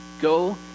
go